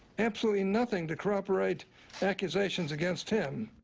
absolutely nothing to corroborate accusations against him.